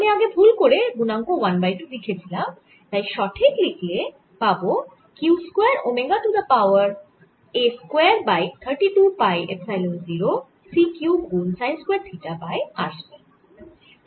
আমি আগে ভুল করে গুণাঙ্ক 1 বাই 2 লিখেছিলাম তাই সঠিক লিখলে পাবো q square omega to the power a square by 32 pi epsilon 0 c cube গুন sine square theta by r square